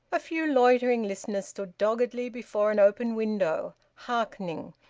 a few loitering listeners stood doggedly before an open window, hearkening,